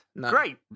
Great